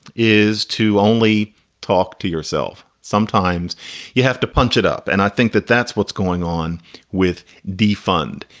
is to only talk to yourself. sometimes you have to punch it up. and i think that that's what's going on with defund.